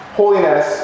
holiness